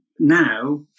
Now